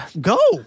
Go